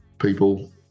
people